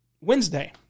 Wednesday